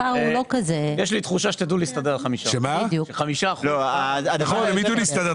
יש לי תחושה שתדעו להסתדר עם 5%. הם יידעו להסתדר,